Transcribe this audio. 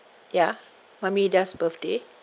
ya mummy daz birthday